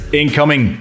incoming